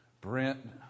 Brent